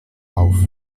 auf